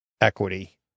equity